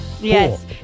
Yes